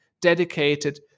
dedicated